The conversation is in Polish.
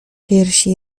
piersi